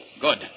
Good